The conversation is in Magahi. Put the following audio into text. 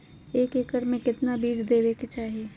एक एकड़ मे केतना बीज देवे के चाहि?